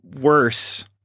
worse